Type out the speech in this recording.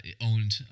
owned